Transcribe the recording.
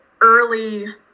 early